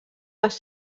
les